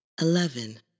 Eleven